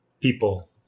people